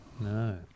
no